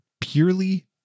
purely